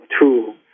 tool